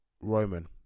Roman